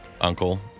Uncle